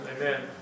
Amen